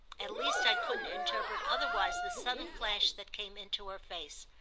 at least i couldn't interpret otherwise the sudden flash that came into her face.